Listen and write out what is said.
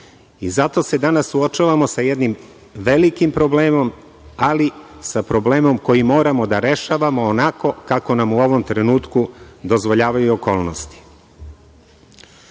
i zato se danas suočavamo sa jednim velikim problemom, ali sa problemom koji moramo da rešavamo onako kako nam u ovom trenutku dozvoljavaju okolnosti. Ja